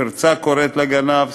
פרצה הקוראת לגנב,